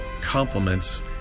compliments